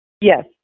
Yes